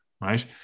right